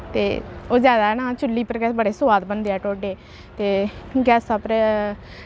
ते ओह् जैदा ना चु'ल्ली पर गै बड़े सोआद बनदे ऐ ढोडे ते गैसा पर